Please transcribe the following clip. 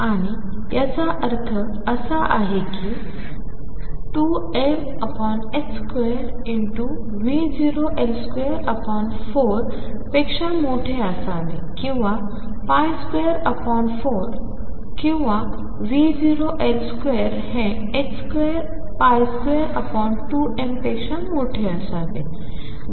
आणि याचा अर्थ असा आहे 2m2 V0L24 पेक्षा मोठे असावे किंवा 24 or V0L2 हे 222m पेक्षा मोठे असावे